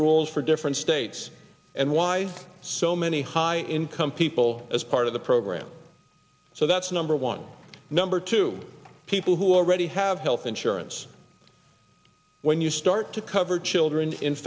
rules for different states and why so many high income people as part of the program so that's number one number two people who already have health insurance when you start to cover children